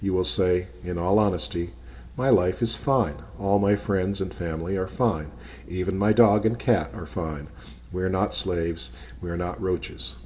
he will say in all honesty my life is fine all my friends and family are fine even my dog and cat are fine we're not slaves we're not roaches